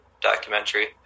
documentary